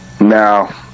Now